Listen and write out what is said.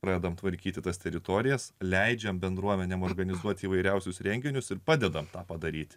pradedame tvarkyti tas teritorijas leidžiame bendruomenę organizuoti įvairiausius renginius ir padedame tą padaryti